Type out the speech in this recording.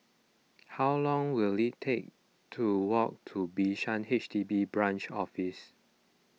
how long will it take to walk to Bishan H D B Branch Office